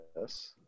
Yes